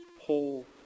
whole